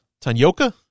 Tanyoka